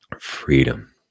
freedom